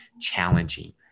challenging